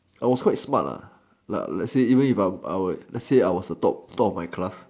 I was quite smart lah like let's say even if I I was let's say I was the top top of my class